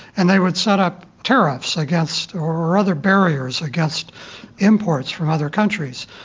and they would set up tariffs against, or other barriers, against imports from other countries.